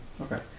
Okay